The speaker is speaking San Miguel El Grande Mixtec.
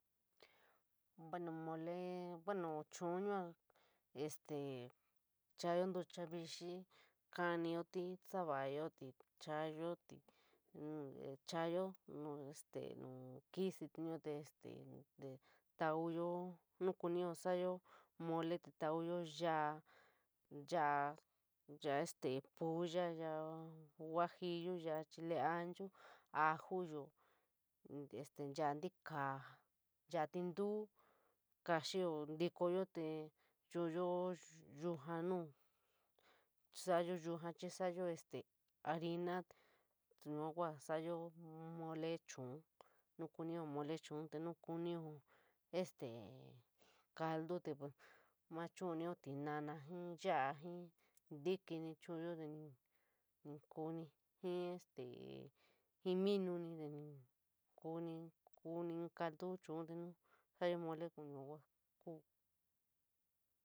Bueno, mole, bueno chuun yua este chooyo ntucha vixi kaomito, salayayotli, chaayotli, chaaryo nuu kfst yua te este te houyo nu kunio salayo mole te touyo yala, yala este poya, yala huajillo, chile ancho, ajo yo este yala ntiksaa, yala tinto, kaxion, ntikooyo te chuuya yujdad nuu, salayo yuojaa, xiip salayo harina, te yua kua ja salayo mole chuun, nuu kunio mole chuon, te nu kunio este caldu te va maa chuunio tinana, jii yala, jii ntikfnip chuuyo tee ni kuoni, jii este jii minv ni te ni kuoni, kuoni in caltu chuun, te nu salayo mole koo yua kua kuu.